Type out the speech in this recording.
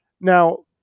Now